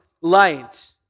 light